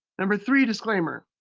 number three disclaimer,